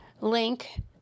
link